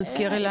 תזכירי לנו.